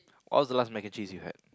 what was the last mac and cheese you had